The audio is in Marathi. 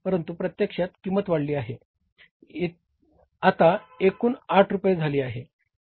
परंतु प्रत्यक्षात किंमत वाढली आह येती आता एकूण आठ रुपये झाली आहे